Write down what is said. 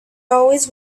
always